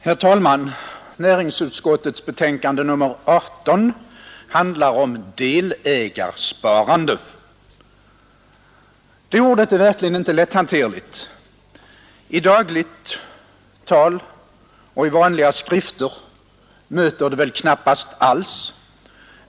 Herr talman! Näringsutskottets betänkande nr 18 handlar om delägarsparande. Det ordet är verkligen inte lätthanterligt. I dagligt tal och i vanliga skrifter möter man det väl knappast alls.